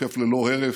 תוקף ללא הרף,